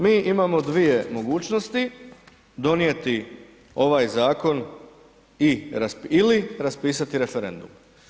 Mi imamo dvije mogućnosti donijeti ovaj zakon i, ili raspisati referendum.